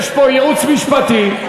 יש פה ייעוץ משפטי,